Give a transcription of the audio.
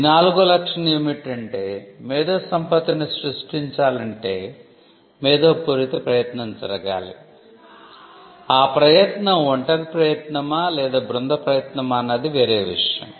ఈ నాలుగో లక్షణం ఏమిటంటే మేధో సంపత్తిని సృష్టించాలంటే మేధో పూరిత ప్రయత్నం జరగాలి ఆ ప్రయత్నం ఒంటరి ప్రయత్నమా లేదా బృంద ప్రయత్నమా అన్నది వేరే విషయం